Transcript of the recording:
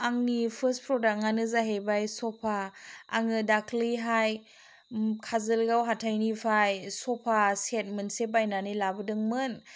आंनि पार्स्ट फ्रडाकआनो जाहैबाय चफा आङो दाख्लैहाय काजोलगाव हाथायनिफ्राय चफा सेयार मोनसे बायनानै लाबोदोंनमोन